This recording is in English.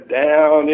down